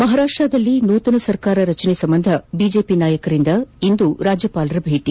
ಮಹಾರಾಷ್ಟ್ದಲ್ಲಿ ನೂತನ ಸರ್ಕಾರ ರಚನೆ ಸಂಬಂಧ ಬಿಜೆಪಿ ನಾಯಕರಿಂದ ಇಂದು ರಾಜ್ಯಪಾಲರ ಭೇಟಿ